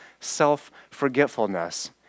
self-forgetfulness